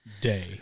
day